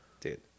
Dude